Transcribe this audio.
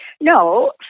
No